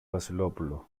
βασιλόπουλο